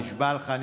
אני נשבע לך.